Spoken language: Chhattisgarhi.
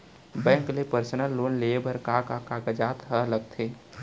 बैंक ले पर्सनल लोन लेये बर का का कागजात ह लगथे?